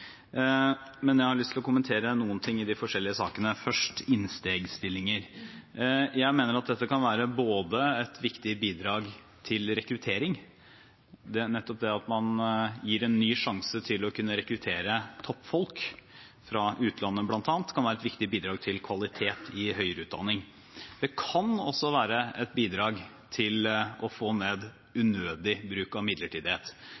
men jeg har lyst til å kommentere noe i de forskjellige sakene, først innstegsstillinger. Jeg mener at dette kan være et viktig bidrag til rekruttering. Nettopp det at man gir en ny sjanse til å kunne rekruttere toppfolk fra utlandet bl.a., kan være et viktig bidrag til kvalitet i høyere utdanning. Det kan også være et bidrag til å få ned unødig bruk av midlertidighet.